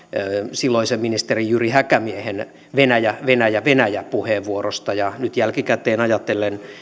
silloisen ministeri jyri häkämiehen venäjä venäjä venäjä puheenvuorosta ja nyt jälkikäteen ajatellen